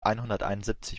einhunderteinundsiebzig